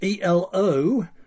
ELO